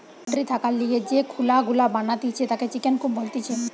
poultry থাকার লিগে যে খুলা গুলা বানাতিছে তাকে চিকেন কূপ বলতিছে